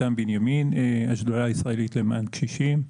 אני מהשדולה הישראלית למען קשישים.